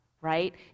right